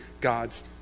God's